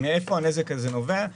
מאין הנזק הזה נובע?